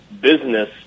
business